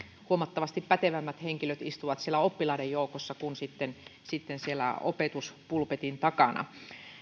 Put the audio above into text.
huomattavasti pätevämmät henkilöt istuvat oppilaiden joukossa kuin siellä opetuspulpetin takana